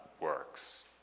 works